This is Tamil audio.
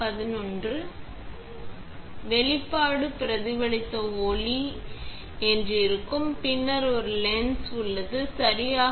எனவே வெளிப்பாடு நீங்கள் பிரதிபலித்த ஒளி என்று இருக்கும் பின்னர் ஒரு லென்ஸ் உள்ளது சரியான